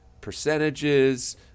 percentages